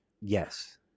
Yes